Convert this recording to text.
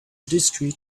discrete